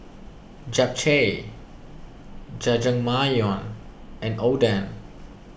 Japchae Jajangmyeon and Oden